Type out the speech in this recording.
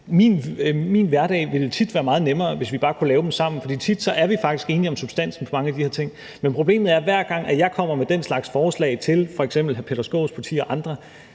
Min hverdag ville tit være meget nemmere, hvis vi bare kunne lave dem sammen, for tit er vi faktisk enige om substansen i mange af de her ting. Men problemet er, at hver gang jeg kommer med den slags forslag til f.eks. hr. Peter Skaarups parti og andre,